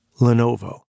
Lenovo